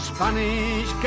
Spanish